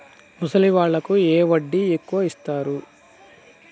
ముసలి వాళ్ళకు ఏ వడ్డీ ఎక్కువ ఇస్తారు?